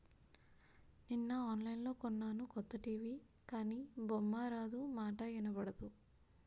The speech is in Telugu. నిన్న ఆన్లైన్లో కొన్నాను కొత్త టీ.వి గానీ బొమ్మారాదు, మాటా ఇనబడదు